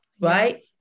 right